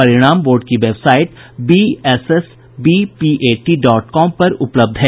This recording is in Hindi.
परिणाम बोर्ड की website B S S B P A T dot com पर उपलब्ध है